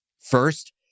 First